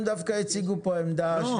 הם דווקא הציגו פה עמדה של --- לא.